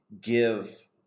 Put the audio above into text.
give